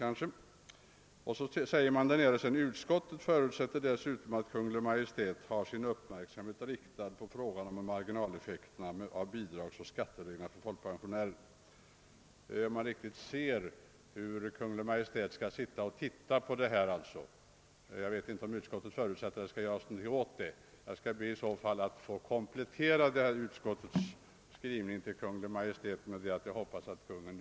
Vidare uttalar utskottet följande: »Utskottet förutsätter dessutom att Kungl. Maj:t har sin uppmärksamhet riktad på frågan om marginaleffekterna av bidragsoch skattereglerna för folkpensionärer.» Man ser riktigt framför sig hur Kungl. Maj:t skall sitta och titta på och vakta detta. Jag vet inte om utskottet förutsatt att något också skall göras. Jag anser att utskottets skrivning borde ha kompletterats med en uppmaning till Kungl. Maj:t att också göra något åt förhållandena och detta snabbt.